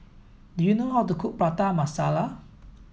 do you know how to cook Prata Masala